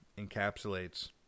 encapsulates